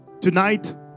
tonight